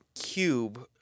cube